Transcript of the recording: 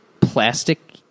plastic